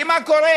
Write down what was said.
כי מה קורה?